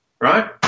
right